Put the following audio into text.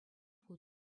хут